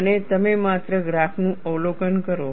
અને તમે માત્ર ગ્રાફનું અવલોકન કરો